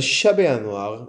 ב-6 בינואר 1940,